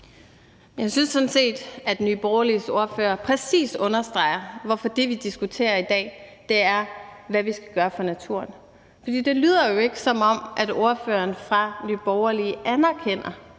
Jeg synes sådan set, at Nye Borgerliges ordfører præcis understreger, hvorfor det, vi diskuterer i dag, er, hvad vi skal gøre for naturen. For det lyder jo ikke, som om ordføreren for Nye Borgerlige anerkender,